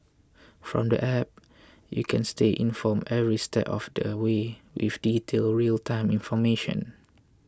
from the App you can stay informed every step of the way with detailed real time information